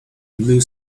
blue